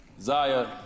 Zaya